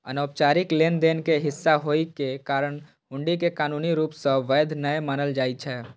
अनौपचारिक लेनदेन के हिस्सा होइ के कारण हुंडी कें कानूनी रूप सं वैध नै मानल जाइ छै